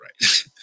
right